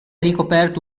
ricoperto